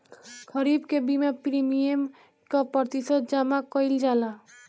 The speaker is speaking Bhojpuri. खरीफ के बीमा प्रमिएम क प्रतिशत जमा कयील जाला?